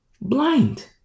Blind